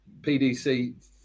pdc